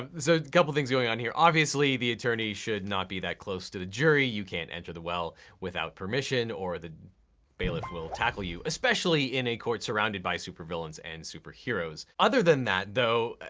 so couple of things going on here. obviously, the attorney should not be that close to the jury. you can't enter the well without permission, or the bailiff will tackle you, especially in a court surrounded by super villains and superheroes. other than that, though,